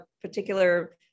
particular